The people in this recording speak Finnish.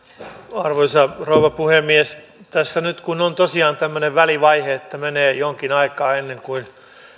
arvoisa rouva puhemies nyt kun on tosiaan tämmöinen välivaihe että menee jonkin aikaa ennen kuin